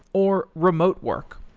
or remote work.